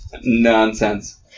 Nonsense